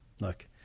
look